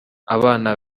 abana